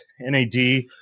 NAD